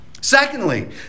Secondly